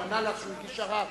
הוא ענה לך שהוא הגיש ערר,